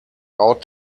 out